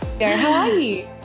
Hi